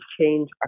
change